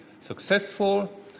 successful